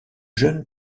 jeune